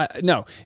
No